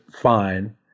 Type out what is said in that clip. fine